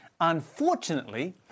Unfortunately